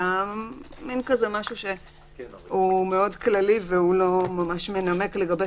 אלא מן כזה משהו שהוא מאוד כללי ולא ממש מנמק לגבי